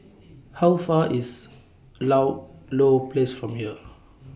How Far IS Ludlow Place from here